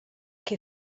che